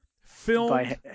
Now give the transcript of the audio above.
filmed